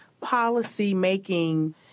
policy-making